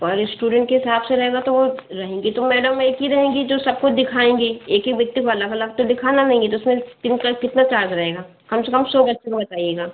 पर इश्टूडेन्ट के हिसाब से रहेगा तो रहेंगी तो मैडम एक ही रहेंगी जो सबको दिखाएँगी एक ही व्यक्ति को अलग अलग तो दिखाना नहीं है तो फिर दिन का कितना चार्ज रहेगा कम से कम सौ बच्चों का बताइएगा